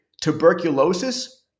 Tuberculosis